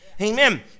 Amen